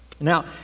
Now